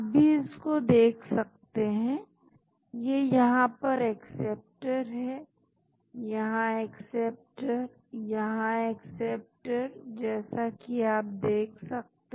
आप भी इसको देख सकते हैं यह यहां पर एक्सेप्टर है यहां एक्सेप्टर यहां एक्सेप्टर जैसा कि आप देख सकते हैं